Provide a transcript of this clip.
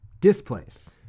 displace